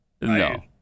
No